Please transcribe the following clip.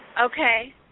Okay